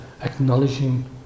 acknowledging